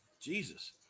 Jesus